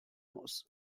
muss